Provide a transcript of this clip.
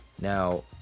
now